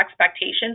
expectations